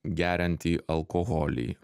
geriantį alkoholį